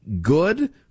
good